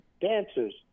dancers